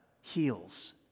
heals